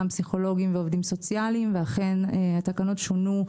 פסיכולוגים ועובדים סוציאליים ואכן התקנות שונו,